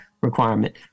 requirement